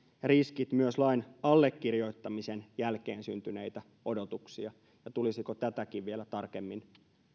riskit myös lain allekirjoittamisen jälkeen syntyneitä odotuksia ja tulisiko tätäkin vielä tarkemmin